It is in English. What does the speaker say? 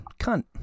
cunt